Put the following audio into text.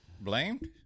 blamed